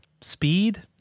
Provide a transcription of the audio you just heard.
Speed